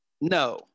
No